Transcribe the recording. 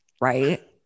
Right